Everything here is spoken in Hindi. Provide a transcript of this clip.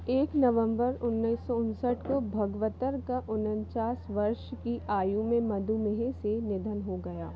एक नवंबर उन्नीस सौ उनसठ को भगवतर का उन्नचास वर्ष की आयु में मधुमेह से निधन हो गया